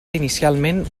inicialment